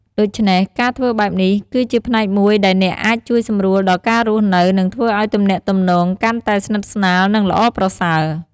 ដូច្នេះ ការធ្វើបែបនេះ គឺជាផ្នែកមួយដែលអ្នកអាចជួយសម្រួលដល់ការរស់នៅ និងធ្វើឲ្យទំនាក់ទំនងកាន់តែស្និទ្ធស្នាល និងល្អប្រសើរ។